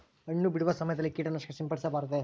ಹಣ್ಣು ಬಿಡುವ ಸಮಯದಲ್ಲಿ ಕೇಟನಾಶಕ ಸಿಂಪಡಿಸಬಾರದೆ?